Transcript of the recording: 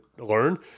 learn